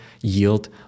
yield